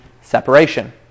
separation